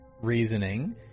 reasoning